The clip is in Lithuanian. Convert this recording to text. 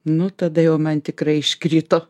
nu tada jau man tikrai iškrito